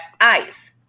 ice